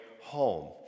home